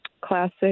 classic